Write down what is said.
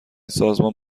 سازمان